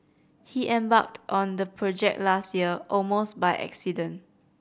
he embarked on the project last year almost by accident